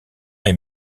est